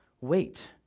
Wait